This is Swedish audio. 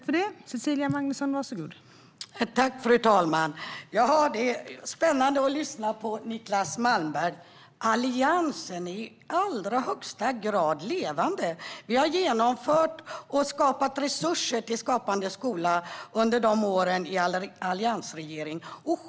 Fru talman! Det är spännande att lyssna på Niclas Malmberg. Alliansen är i allra högsta grad levande. Vi har genomfört och skapat resurser till Skapande skola under åren i alliansregeringen.